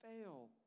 fail